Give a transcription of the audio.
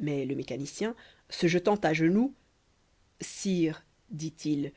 mais le mécanicien se jetant à genoux sire dit-il